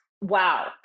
Wow